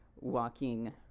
walking